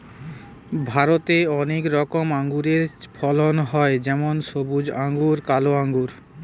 ভারতে অনেক রকমের আঙুরের ফলন হয় যেমন সবুজ আঙ্গুর, কালো আঙ্গুর